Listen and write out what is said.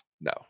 no